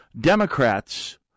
Democrats